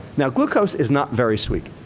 now, glucose is not very sweet.